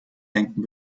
denken